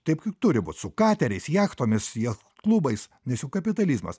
taip turi būt su kateriais jachtomis jacht klubais nes juk kapitalizmas